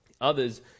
Others